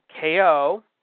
KO